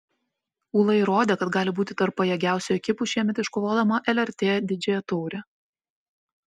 ūla įrodė kad gali būti tarp pajėgiausių ekipų šiemet iškovodama lrt didžiąją taurę